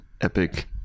epic